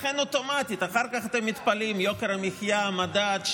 אחר כך אתם מתפלאים על יוקר המחיה, המדד.